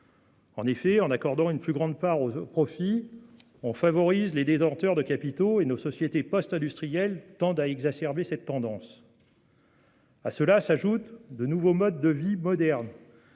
En effet, en accordant une plus grande part aux profits, on favorise les détenteurs de capitaux. Nos sociétés post-industrielles tendent à exacerber cette tendance. À cela s'ajoutent certains modes de la vie moderne,